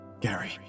Gary